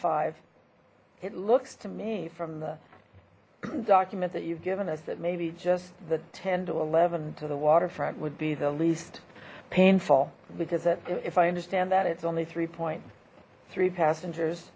five it looks to me from the document that you've given us that maybe just the ten to eleven to the waterfront would be the least painful because that if i understand that it's only three point three passengers